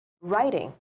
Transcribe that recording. writing